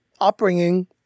Upbringing